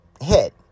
hit